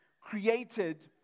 created